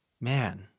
Man